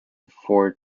four